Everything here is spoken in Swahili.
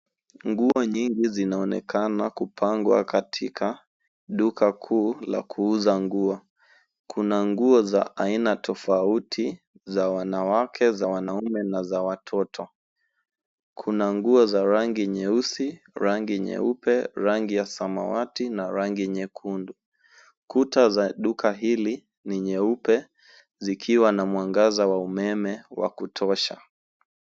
Nguo nyingi zinaonekana kupangwa katika duka kuu la kuuza nguo. Kuna nguo za aina tofauti za wanawake, za wanaume na za watoto. Kuna nguo za rangi nyeusi, rangi nyeupe, rangi ya samawati na rangi nyekundu. Kuta za duka hili ni nyeupe zikiwa na mwangaza wa umeme wa kutosha.